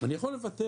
אני יכול לוותר,